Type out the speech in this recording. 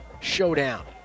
showdown